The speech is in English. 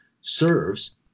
serves